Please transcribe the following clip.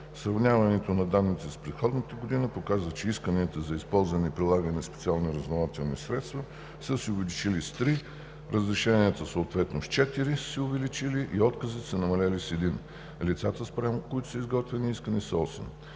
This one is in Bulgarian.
Сравняването на данните с предходната година показва, че исканията за използване и прилагане на специални разузнавателни средства са се увеличили с 3, разрешенията са се увеличили с 4 и отказите са намалели с 1. Лицата, спрямо които са изготвени искания, са 8.